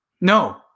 No